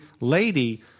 lady